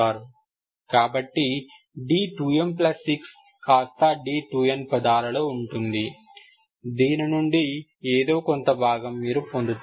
కాబట్టి d2m6 కాస్తా d2n పదాలలో ఉంటుంది దీని నుండి ఏదో కొంత భాగం మీరు పొందుతారు